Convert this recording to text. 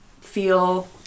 feel